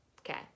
Okay